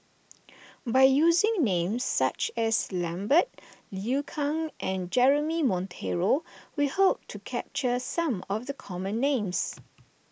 by using names such as Lambert Liu Kang and Jeremy Monteiro we hope to capture some of the common names